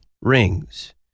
rings